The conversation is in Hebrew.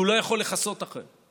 שהוא לא יכול לכסות אחריהם,